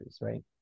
right